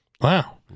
Wow